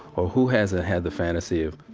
or who hasn't had the fantasy of,